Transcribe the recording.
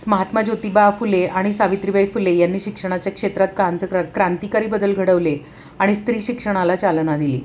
महात्मा ज्योतिबा फुले आणि सावित्रीबाई फुले यांनी शिक्षणाच्या क्षेत्रात कांत्र क्रांतिकारी बदल घडवले आणि स्त्री शिक्षणाला चालना दिली